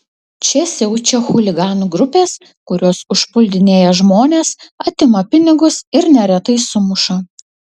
čia siaučia chuliganų grupės kurios užpuldinėja žmones atima pinigus ir neretai sumuša